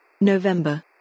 November